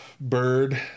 bird